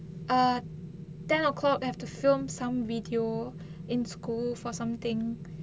err ten o'clock have to film some video in school for something